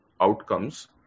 outcomes